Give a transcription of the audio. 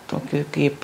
toki kaip